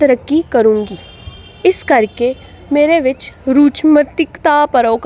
ਤਰੱਕੀ ਕਰੂੰਗੀ ਇਸ ਕਰਕੇ ਮੇਰੇ ਵਿੱਚ ਰੂਚਮਤੀਕਤਾ ਪ੍ਰੋ